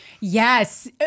Yes